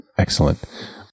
excellent